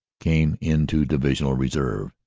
came into divisional reserve.